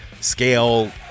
scale